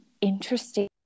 interesting